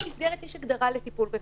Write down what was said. בחוק המסגרת יש הגדרה לטיפול רפואי.